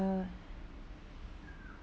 uh